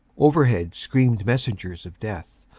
overhead screamed messengers of death,